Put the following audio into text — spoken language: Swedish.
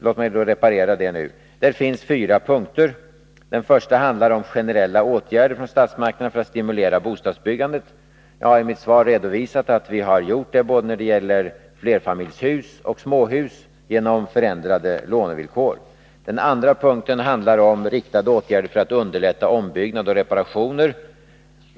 Låt mig reparera det nu. I denna kravlista finns fyra punkter. Den första punkten handlar om generella åtgärder från statsmakterna för att stimulera bostadsbyggandet. Jag har i mitt svar redovisat att vi har gjort det när det gäller både flerfamiljshus och småhus genom förändrade lånevillkor. Den andra punkten handlar om riktade åtgärder för att underlätta ombyggnader och reparationer.